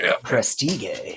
Prestige